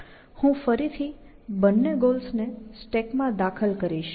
હું ફરીથી બંને ગોલ્સને સ્ટેકમાં દાખલ કરીશ